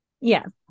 Yes